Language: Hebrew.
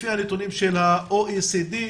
לפי הנתונים הרשמיים שמפורסמים של ה-OECD,